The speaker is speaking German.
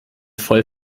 voll